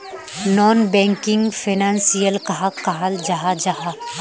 Non banking financial कहाक कहाल जाहा जाहा?